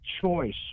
choice